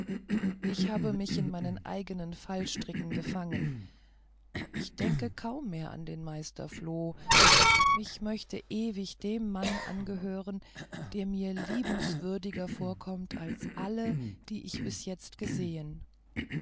ich habe mich in meinen eignen fallstricken gefangen ich denke kaum mehr an den meister floh ich möchte ewig dem mann angehören der mir liebenswürdiger vorkommt als alle die ich bis jetzt gesehen